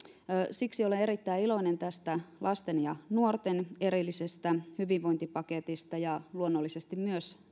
siksi olen erittäin iloinen tästä lasten ja nuorten erillisestä hyvinvointipaketista ja luonnollisesti myös